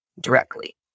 directly